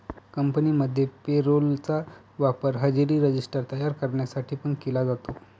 कंपनीमध्ये payroll चा वापर हजेरी रजिस्टर तयार करण्यासाठी पण केला जातो